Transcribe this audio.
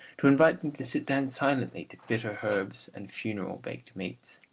to invite them to sit down silently to bitter herbs and funeral baked meats.